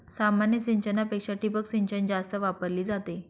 सामान्य सिंचनापेक्षा ठिबक सिंचन जास्त वापरली जाते